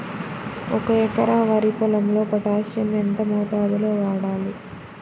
ఒక ఎకరా వరి పొలంలో పోటాషియం ఎంత మోతాదులో వాడాలి?